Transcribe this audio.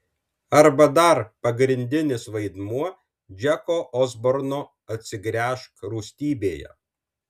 arba dar pagrindinis vaidmuo džeko osborno atsigręžk rūstybėje